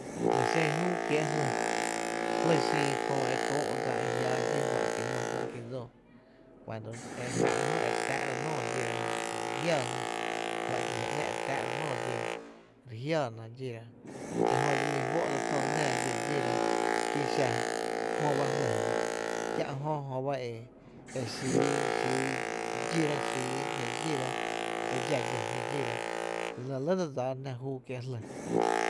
La xen júu kiee’ jly, jlý xin köö e kóó’ dsa e fá’ e jiaa dxí, fá’n kié’ dsoo juá’n kie’ my, cuando e re fáá’ra jö e re tⱥⱥ’ra nóoó dxíra jöto re jiáána e kie’ jiá’ ‘nⱥ’ re tⱥⱥ’ra nóoó dxíra re jiáána dxíra, ejö dse lí fó’ jö to dse ‘nⱥⱥ dxó dxíra ki xa jö ba jly jö, kiä’ jö jó ba e xíí, xíí dxíra e dxá dxó jño dxíra, la nɇ re lɇ e dse dsaána jná júú kiee’ jlý.